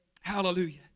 hallelujah